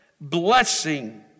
blessing